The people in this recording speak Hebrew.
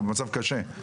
אנחנו במצב קשה,